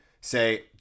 say